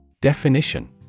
Definition